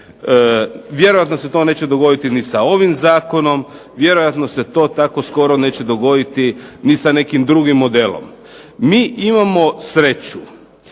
Vjerojatno se to neće dogoditi ni sa ovim zakonom, vjerojatno se to tako skoro neće dogoditi ni sa nekim drugim modelom. Mi imamo sreću